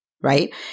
right